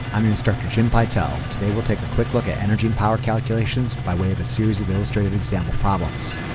i'm an instructor, jim pytel and today we'll take a quick look at energy and power calculations by way of a series of illustrated example problems.